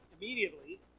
immediately